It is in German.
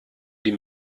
die